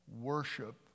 worship